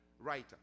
writer